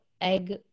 egg